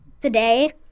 today